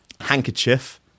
handkerchief